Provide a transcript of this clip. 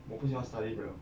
我不喜欢 study 的